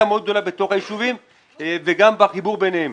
מאוד גדולה בתוך הישובים וגם בחיבור ביניהם.